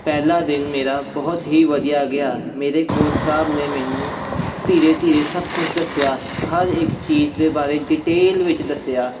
ਪਹਿਲਾ ਦਿਨ ਮੇਰਾ ਬਹੁਤ ਹੀ ਵਧੀਆ ਗਿਆ ਮੇਰੇ ਕੋਚ ਸਾਹਿਬ ਨੇ ਮੈਨੂੰ ਧੀਰੇ ਧੀਰੇ ਸਭ ਕੁਛ ਦੱਸਿਆ ਹਰ ਇੱਕ ਚੀਜ਼ ਦੇ ਬਾਰੇ ਡਿਟੇਲ ਵਿੱਚ ਦੱਸਿਆ